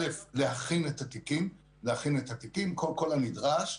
להכין את התיקים עם כל הנדרש,